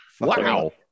Wow